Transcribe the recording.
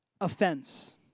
Offense